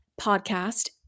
podcast